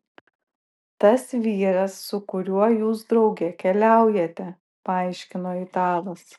tas vyras su kuriuo jūs drauge keliaujate paaiškino italas